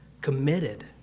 committed